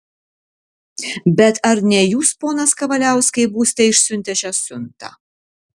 bet ar ne jūs ponas kavaliauskai būsite išsiuntę šią siuntą